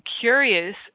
curious